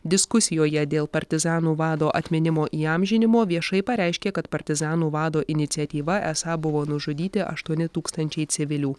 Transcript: diskusijoje dėl partizanų vado atminimo įamžinimo viešai pareiškė kad partizanų vado iniciatyva esą buvo nužudyti aštuoni tūkstančiai civilių